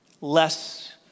less